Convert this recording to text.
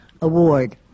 award